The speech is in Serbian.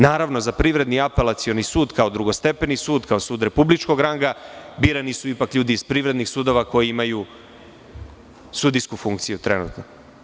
Naravno, za Privredni apelacioni sud kao drugostepeni sud, kao sud republičkog ranga su ipak birani ljudi iz privrednih sudova koji imaju sudijsku funkciju trenutno.